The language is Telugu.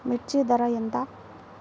మిర్చి ధర ఎంత?